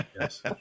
Yes